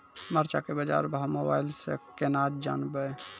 मरचा के बाजार भाव मोबाइल से कैनाज जान ब?